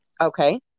Okay